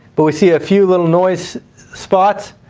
but we see a few little noise spots.